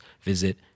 visit